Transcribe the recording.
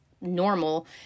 normal